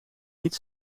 niet